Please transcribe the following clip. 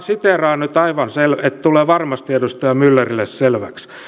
siteeraan nyt aivan sen että tulee varmasti edustaja myllerille selväksi